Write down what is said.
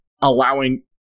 allowing